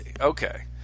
Okay